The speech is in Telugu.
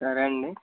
సరే అండి